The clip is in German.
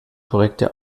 korrekte